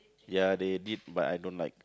ya they did but I don't like